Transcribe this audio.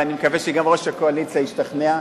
ואני מקווה שגם ראש הקואליציה ישתכנע,